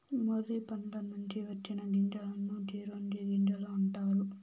మొర్రి పండ్ల నుంచి వచ్చిన గింజలను చిరోంజి గింజలు అంటారు